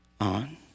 on